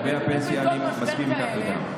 לגבי הפנסיה, אני מסכים איתך לגמרי.